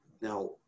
now